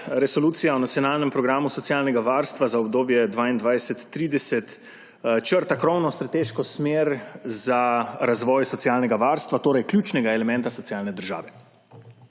resolucije o nacionalnem programu socialnega varstva za obdobje 2022−2030 črta krovno strateško smer za razvoj socialnega varstva torej ključnega elementa socialne države.